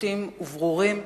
בוטים וברורים,